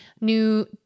new